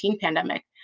pandemic